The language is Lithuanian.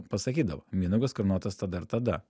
pasakydavo mindaugas karūnuotas tada ir tada